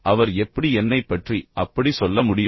அவர் எப்படி என்னைப் பற்றி அப்படிச் சொல்ல முடியும்